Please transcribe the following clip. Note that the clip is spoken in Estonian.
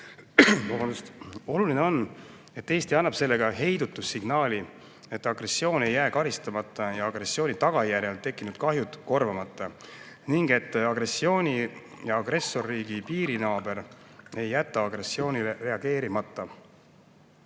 oluline, et Eesti annab sellega heidutussignaali, et agressioon ei jää karistamata ja agressiooni tagajärjel tekkinud kahjud korvamata ning et agressorriigi piirinaaber ei jäta agressioonile reageerimata.